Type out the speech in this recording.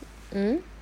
mm